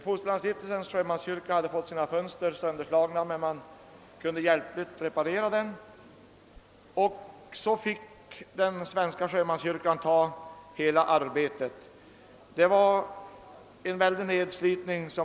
Fosterlandsstiftelsens sjömanskyrka hade fått sina fönster sönderslagna, men man kunde hjälpligt reparera kyrkan, och så fick den svenska sjömanskyrkan ta på sig hela verksamheten. Den blev då starkt nedsliten.